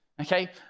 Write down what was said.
Okay